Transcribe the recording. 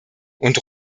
und